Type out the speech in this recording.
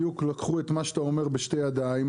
לקחו את מה שאתה אומר בשתי ידיים,